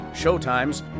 showtimes